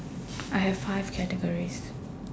I have five categories